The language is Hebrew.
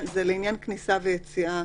זה לעניין כניסה ויציאה